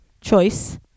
choice